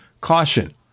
caution